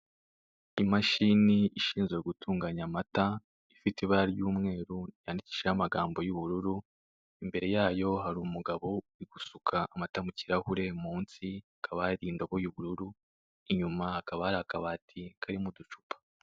Imashini ishinzwe gutunganya amata, ifite ibara ry'umweru yandikishijeho amagambo y'ubururu, imbere yayo hari umugabo uri gusuka amata mu kirahure, munsi hakaba hari indobo y'ubururu, inyuma hakaba hari akabati karimo uducupa.